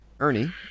Ernie